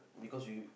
because we